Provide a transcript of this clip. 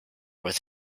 with